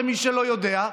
למי שלא יודע: